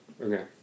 Okay